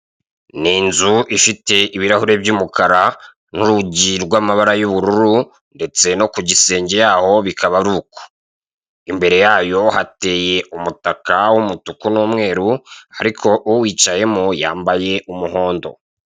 Ni inzu ifite ibirahure by'umukara n'urugi rw'amabara y'ubururu ndetse no ku gisenge yaho bikaba ari uko. Imbere yayo hateye umutaka w'umutuku n'umweru ariko uwicayemo yambaye umuhondo.